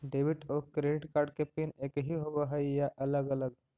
Debit और credit card के PIN एकही होव हइ या अलग अलग?